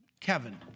Kevin